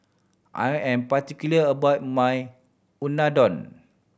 I am particular about my Unadon